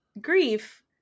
grief